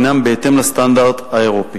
הינם בהתאם לסטנדרד האירופי,